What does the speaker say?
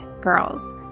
girls